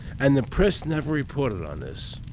and the press never reported on this.